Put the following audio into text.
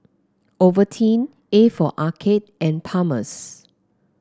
Ovaltine A for Arcade and Palmer's